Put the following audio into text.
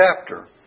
chapter